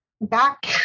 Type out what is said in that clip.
back